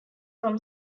from